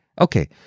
okay